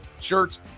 shirts